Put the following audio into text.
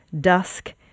dusk